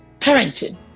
Parenting